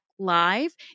live